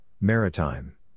Maritime